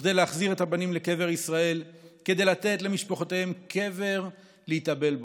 בכדי להחזיר את הבנים לקבר ישראל כדי לתת למשפחותיהם קבר להתאבל בו.